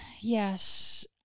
yes